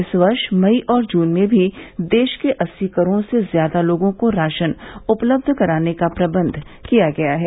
इस वर्ष मई और जून में भी देश के अस्सी करोड़ से ज्यादा लोगों को राशन उपलब्ध कराने का प्रबंध किया गया है